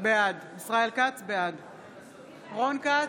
בעד רון כץ,